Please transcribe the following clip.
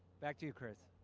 back to human space